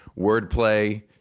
wordplay